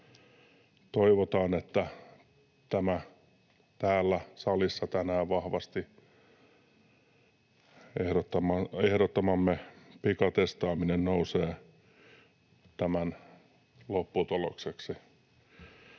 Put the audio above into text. toivotaan, että tämä täällä salissa tänään vahvasti ehdottamamme pikatestaaminen nousee tämän lopputulokseksi.